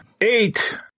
Eight